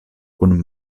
kun